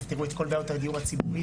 יפתרו את כל בעיות הדיור הציבורי,